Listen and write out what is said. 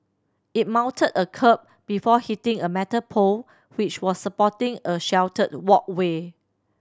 it mounted a kerb before hitting a metal pole which was supporting a sheltered walkway